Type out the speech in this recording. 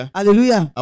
Hallelujah